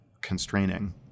constraining